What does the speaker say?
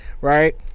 right